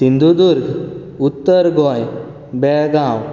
सिंधुदूर्ग उत्तर गोंय बेळगांव